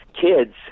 kids